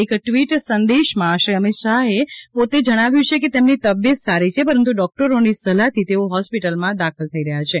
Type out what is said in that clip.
એક ટ્વીટ સંદેશમાં શ્રી અમીત શાહે પોતે જણાવ્યું છે કે તેમની તબિયત સારી છે પરંતુ ડોક્ટરોની સલાહથી તેઓ હોસ્પિટલમાં દાખલ થઇ રહ્યા છે